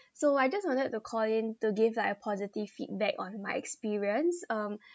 so I just wanted to call in to give like a positive feedback on my experience um